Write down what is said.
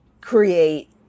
create